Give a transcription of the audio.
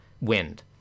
wind